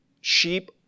sheep